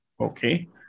okay